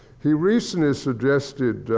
he recently suggested,